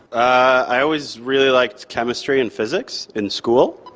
i always really liked chemistry and physics in school.